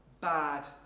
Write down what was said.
bad